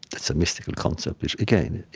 that's a mystical concept which again,